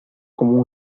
como